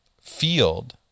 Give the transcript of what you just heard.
field